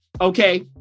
okay